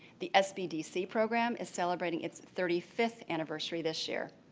the sbdc program is celebrating its thirty fifth anniversary this year.